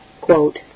quote